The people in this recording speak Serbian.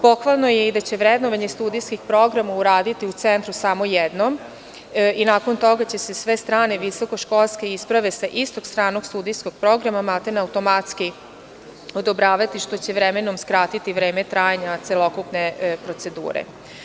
Pohvalno je i da će vrednovanje studijskih programa uraditi u centru samo jednom i nakon toga će se sve strane visokoškolske isprave sa istog stranog studijskog programa maltene automatski odobravati, što će vremenom skratiti vreme trajanja celokupne procedure.